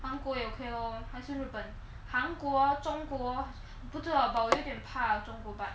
韩国也 okay lor 还是日本韩国中国不知道 but 我有一点怕中国 but